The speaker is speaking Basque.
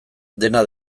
dena